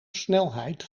snelheid